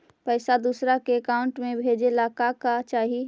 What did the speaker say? पैसा दूसरा के अकाउंट में भेजे ला का का चाही?